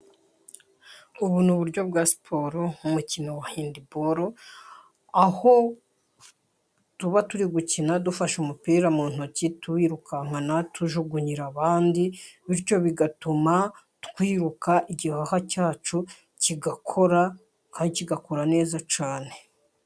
Ubu ni uburyo bwa siporo, mu mukino wa handiboro, aho tuba turi gukina dufashe umupira mu ntoki, tuwirukankana tujugunyira abandi, bityo bigatuma twiruka igihaha cyacu kigakora kandi kigakora neza cyane.